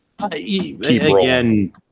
Again